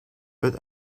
but